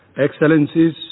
Excellencies